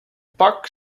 pak